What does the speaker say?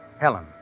Helen